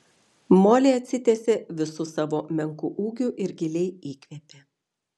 molė atsitiesė visu savo menku ūgiu ir giliai įkvėpė